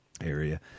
area